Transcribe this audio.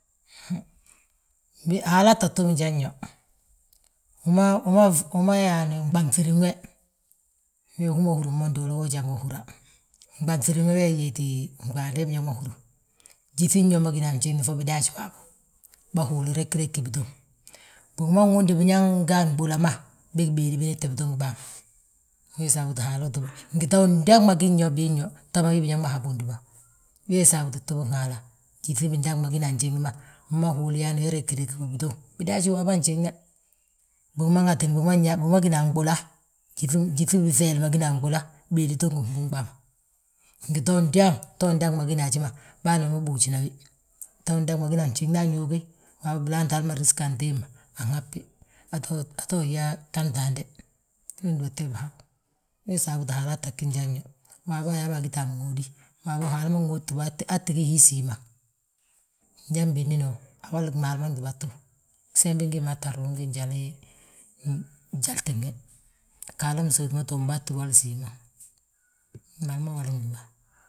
Haalaa tta tub njan mo, wi ma yaani nɓanŧirin we, húma huírin mo nduulu, we janga húra, nɓanŧir wee wéeti nɓande we biñaŋ ma húru. Gyíŧin yo ma gíni a njiŋni fo bidaaj waabo, bà huulu régiregi bitów, bigima nwundi biñaŋ ma a nɓula ma, beg béedi biniti bito ngi bàa ma. We saabuti, ngi ta udaŋ ma gin yo biinyo, ta ma wi biñaŋ ma habi undúba, wee saabuti tubin haala. Gyíŧi bindaŋ ma gina a njiŋni bima buulu yaani we régiregi bà bitów bidaaju, waabo a njiŋne. Bigi ma ŋatini a nɓula, gyíŧi giŧeeli ma nga a nɓula, béede to ngi ŋbúŋn bàa ma, ngi ta udaŋ, ta undaŋ ma gina haji ma. Bân ma bâbúujina wi, ta udaŋ ma gina a njiŋna a nñuugi, waabo bilaante, hali ma nrisge anto hemma, anhabi, atoo yaa ta ntaande, ge gdúbatu ge bihabu wee sabuti haalaa tta gi nyaan yo. Waabo ayaa bo agita mŋóodi, waabo haala ŋóoti bo, aa tti gí hii símaŋ. Njan binnín wo, awali gmaali ma gdúba tu, sembi gimaa tta ruŋ gi njali gim be, ghaala nsóoti wali bo aa tti wali síimaŋ, gmaalu ma wali gdúba.